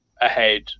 ahead